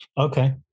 Okay